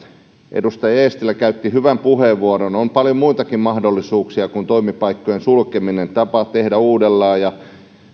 edustaja eestilä käytti hyvän puheenvuoron on paljon muitakin mahdollisuuksia kuin toimipaikkojen sulkeminen tapa tehdä